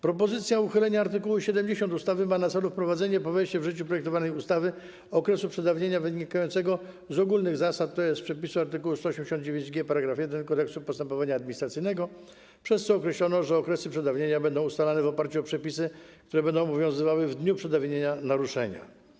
Propozycja uchylenia art. 70 ustawy ma na celu wprowadzenie po wejściu w życie projektowanej ustawy okresu przedawnienia wynikającego z ogólnych zasad, tj. przepisu art. 189g § 1 Kodeksu postępowania administracyjnego, przez co określono, że okresy przedawnienia będą ustalane w oparciu o przepisy, które będą obowiązywały w dniu przedawnienia naruszenia.